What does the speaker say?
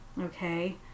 Okay